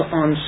on